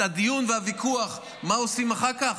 את הדיון והוויכוח על מה עושים אחר כך,